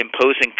imposing